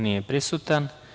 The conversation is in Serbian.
Nije prisutan.